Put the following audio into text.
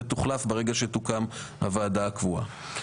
ותוחלף ברגע שתוקם הוועדה הקבועה.